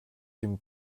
jim